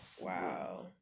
Wow